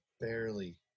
barely